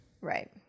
Right